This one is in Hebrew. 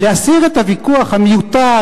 ולהסיר את הוויכוח המיותר,